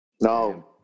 No